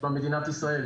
במדינת ישראל.